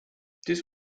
this